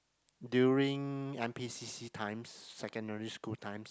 during N_P_C_C times secondary school times